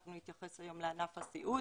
אנחנו נתייחס היום לענף הסיעוד,